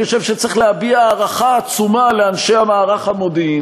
אני חושב שצריך להביע הערכה עצומה לאנשי מערך המודיעין